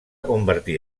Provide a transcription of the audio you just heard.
convertir